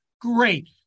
Great